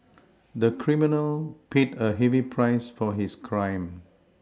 the criminal paid a heavy price for his crime